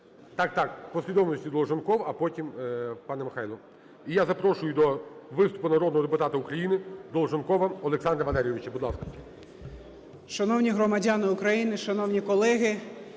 Так-так, в послідовності Долженков, а потім - пан Михайло. І я запрошую до виступу народного депутата України Долженкова Олександра Валерійовича. Будь ласка. 12:55:18 ДОЛЖЕНКОВ О.В. Шановні громадяни України! Шановні колеги!